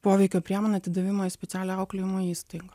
poveikio priemonę atidavimo į specialią auklėjimo įstaigą